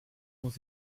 muss